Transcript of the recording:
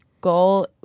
goal